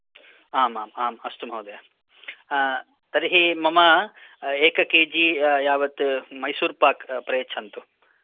आम् आम् आम् अस्तु महोदय तर्हि मम एक केजी यावत् मैसूरपाक् प्रयच्छन्तु